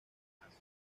demás